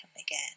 again